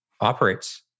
operates